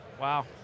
Wow